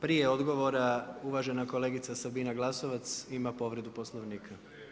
Prije odgovora uvažena kolegica Sabina Glasovac ima povredu Poslovnika.